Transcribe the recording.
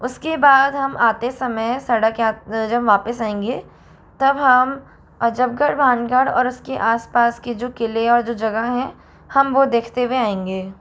उसके बाद हम आते समय सड़क या जब हम वापस आएंगे तब हम अजबगढ़ भानगढ़ और उसके आसपास के जो किले और जो जगह हैं हम वो देखते हुए आएंगे